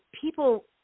people